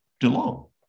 DeLong